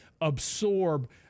absorb